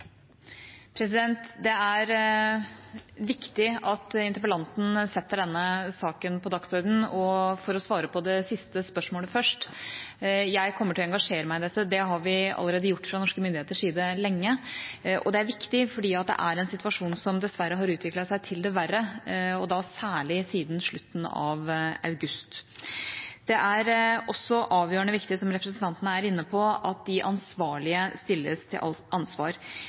viktig at interpellanten setter denne saken på dagsordenen. For å svare på det siste spørsmålet først: Jeg kommer til å engasjere meg i dette. Det har vi allerede gjort fra norske myndigheters side lenge. Det er viktig fordi det er en situasjon som dessverre har utviklet seg til det verre, og da særlig siden slutten av august. Det er også avgjørende viktig, som representanten er inne på, at de ansvarlige stilles til ansvar.